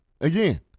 again